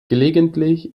gelegentlich